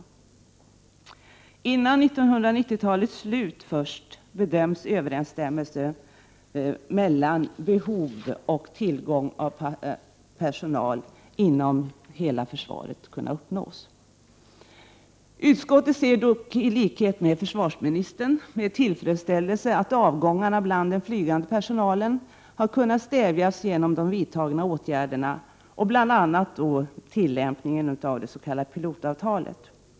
Först vid tiden för 1990-talets utgång bedömer man att en överensstämmelse kan uppnås mellan behov av och tillgång till personal inom hela försvaret. Utskottet ser, i likhet med försvarsministern, med tillfredsställelse på att avgångarna bland den flygande personalen har kunnat stävjas genom de vidtagna åtgärderna, bl.a. tillämpningen av det s.k. pilotavtalet.